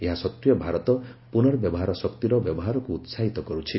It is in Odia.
ଏହା ସତ୍ତ୍ୱେ ଭାରତ ପୁନର୍ବ୍ୟବହାର ଶକ୍ତିର ବ୍ୟବହାରକୁ ଉସାହିତ କରୁଛି